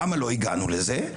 למה לא הגענו לזה?